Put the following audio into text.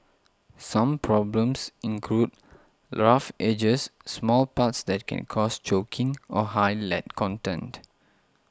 some problems include rough edges small parts that can cause choking or high lead content